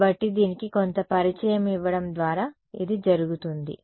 కాబట్టి దీనికి కొంత పరిచయం ఇవ్వడం ద్వారా ఇది జరుగుతుంది